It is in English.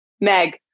Meg